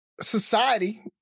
society